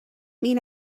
mean